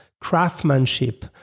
craftsmanship